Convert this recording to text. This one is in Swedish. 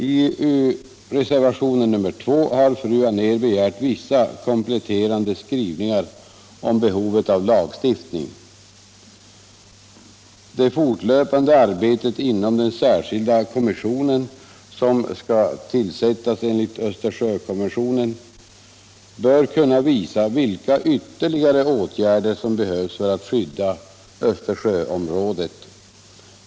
I reservationen nr 2 har fru Anér begärt vissa kompletterande skrivningar om behovet av lagstiftning. Det fortlöpande arbetet inom den särskilda kommission som skall tillsättas enligt Östersjökonventionen bör kunna visa vilka ytterligare åtgärder som behövs för att skydda Östersjöområdet.